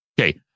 okay